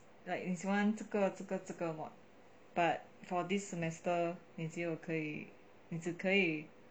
like 你喜欢这个这个这个 mod but for this semester 你只有你只可以